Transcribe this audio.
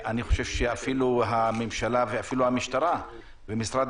אני חושב שאפילו הממשלה ואפילו המשטרה ומשרד